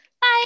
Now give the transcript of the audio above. Bye